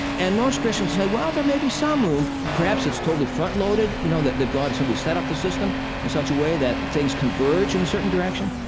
and most christians will say well, there may be some room. perhaps it's totally front-loaded, you know, that that god or somebody set up the system in such a way that things converge in a certain direction.